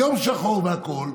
יום שחור והכול,